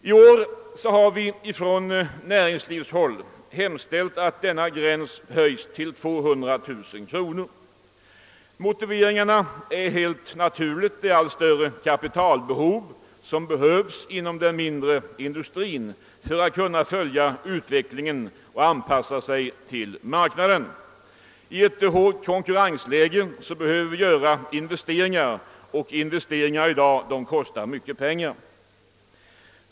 I år har vi från näringslivshåll hemställt att denna gräns höjs till 200 000 kronor. Motiveringen är helt naturligt att den mindre industrin behöver mer kapital för att kunna följa utvecklingen och anpassa sig till marknaden. I ett hårt konkurrensläge behöver man göra investeringar, som i dag kostar mycket pengar.